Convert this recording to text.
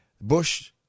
Bush